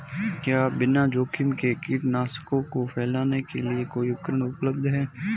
क्या बिना जोखिम के कीटनाशकों को फैलाने के लिए कोई उपकरण उपलब्ध है?